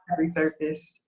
resurfaced